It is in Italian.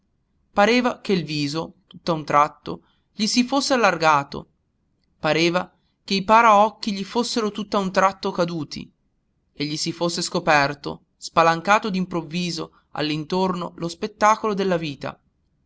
pareva che il viso tutt'a un tratto gli si fosse allargato pareva che i paraocchi gli fossero tutt'a un tratto caduti e gli si fosse scoperto spalancato d'improvviso all'intorno lo spettacolo della vita